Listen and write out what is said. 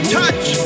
touch